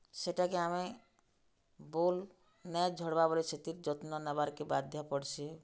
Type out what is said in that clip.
ସେଟାକେ ଆମେ ବୋଉଲ୍ ନେ ଝଡ଼୍ବା ବଲି ସେଥିର୍ ସେଥିର୍ ଯତ୍ନ ନେବାର୍କେ ବାଧ୍ୟ ପଡ଼୍ସି